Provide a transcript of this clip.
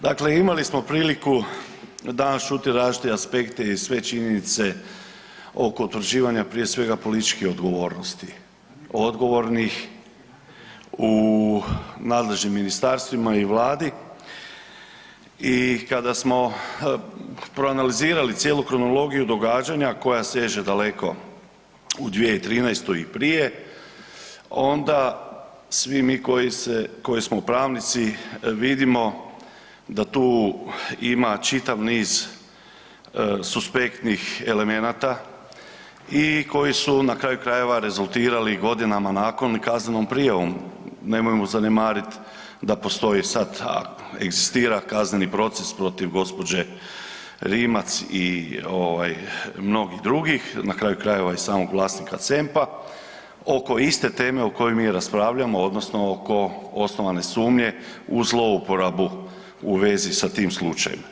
Dakle, imali smo priliku danas čuti različite aspekte i sve činjenice oko utvrđivanja prije svega političke odgovornosti, odgovornih u nadležnim ministarstvima i vladi i kada smo proanalizirali cijelu kronologiju događanja koja seže daleko u 2013. i prije onda svi mi koji se, koji smo pravnici vidimo da tu ima čitav niz suspektnih elemenata i koji su na kraju krajeva rezultirali godinama nakon kaznenom prijavom, nemojmo zanemarit da postoji sad, a egzistira kazneni proces protiv gđe. Rimac i ovaj mnogih drugih, na kraju krajeva i samog vlasnika CEMP-a oko iste teme o kojoj mi raspravljamo odnosno oko osnovane sumnje u zlouporabu u vezi sa tim slučajem.